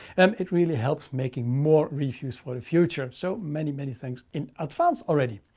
um it really helps making more reviews for the future. so many, many things in advance already.